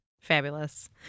fabulous